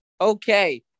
Okay